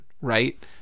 right